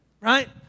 right